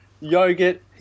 yogurt